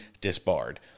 disbarred